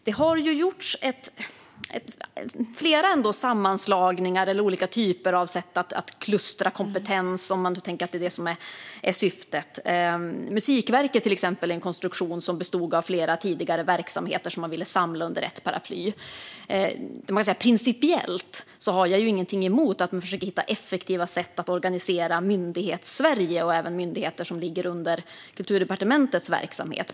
Det har gjorts flera sammanslagningar och olika sätt att klustra kompetens, om man tänker sig att det är syftet. Musikverket är exempelvis en konstruktion som tidigare bestod av flera olika verksamheter som man ville samla under ett paraply. Principiellt har jag inget emot att man försöker hitta effektiva sätt att organisera Myndighetssverige och även myndigheter som ligger under Kulturdepartementets verksamhet.